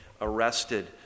arrested